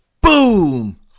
boom